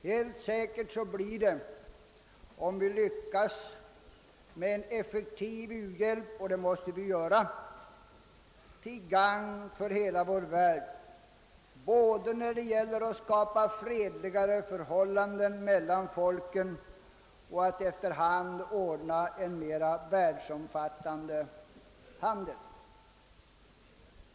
Helt säkert blir den — om vi lyckas med en effektiv u-hjälp; och det måste vi göra — till gagn för hela vår värld både när det gäller att skapa fredligare förhållanden mellan folken och att efter hand ordna en mer världsomfattande handel.